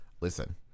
Listen